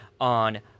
on